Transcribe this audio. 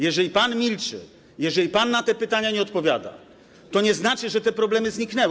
Jeżeli pan milczy, jeżeli pan na te pytania nie odpowiada, to nie znaczy, że te problemy zniknęły.